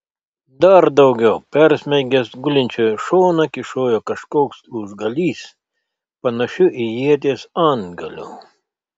dar daugiau persmeigęs gulinčiojo šoną kyšojo kažkoks lūžgalys panašiu į ieties antgaliu